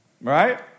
right